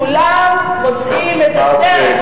כולם מוצאים את הדרך,